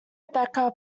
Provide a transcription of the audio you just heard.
rebecca